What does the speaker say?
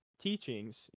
teachings